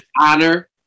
Honor